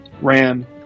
ran